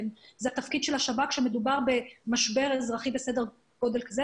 תפקיד של השב"כ כאשר מדובר במשבר אזרחי בסדר גודל זה.